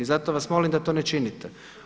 I zato vas molim da to ne činite.